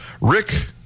Rick